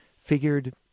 figured